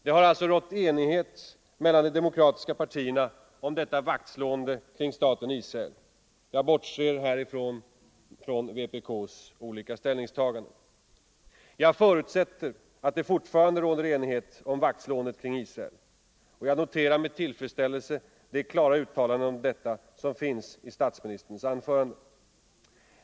Det har rått enighet mellan de demokratiska partierna om detta vaktslående kring staten Israel. Jag bortser här från vpk:s olika ställningstaganden. Jag förutsätter att det fortfarande råder enighet om vaktslåendet kring Israel. Jag noterar med tillfredsställelse de klara uttalanden om detta som finns i statsministerns anförande.